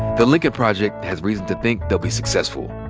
the lincoln project has reason to think they'll be successful.